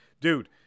dude